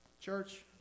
Church